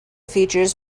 features